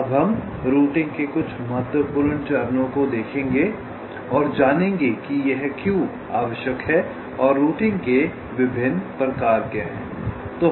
अब हम रूटिंग के बहुत महत्वपूर्ण चरण को देखेंगे और जानेंगे कि यह क्यों आवश्यक है और रूटिंग के विभिन्न प्रकार क्या हैं